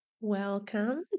Welcome